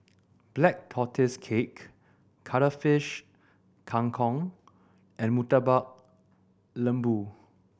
Black Tortoise Cake Cuttlefish Kang Kong and Murtabak Lembu